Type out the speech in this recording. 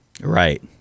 Right